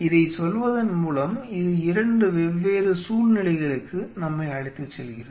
இதைச் சொல்வதன்மூலம் இது 2 வெவ்வேறு சூழ்நிலைகளுக்கு நம்மை அழைத்துச் செல்கிறது